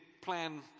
plan